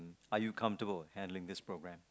are you comfortable handling this programme